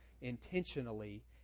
intentionally